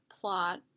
plot